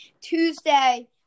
Tuesday